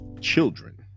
children